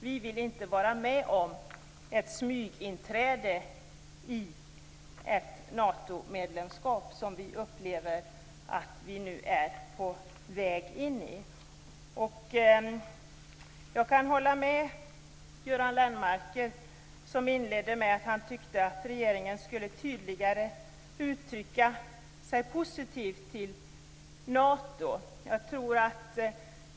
Vi vill inte vara med om ett smyginträde i ett Natomedlemskap, vilket vi nu upplever att vi är på väg in i. Jag kan hålla med Göran Lennmarker som inledde med att säga att han tyckte att regeringen tydligare skulle uttrycka sig positiv till Nato.